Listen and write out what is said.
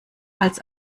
als